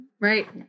Right